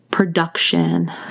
Production